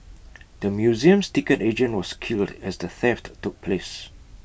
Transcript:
the museum's ticket agent was killed as the theft took place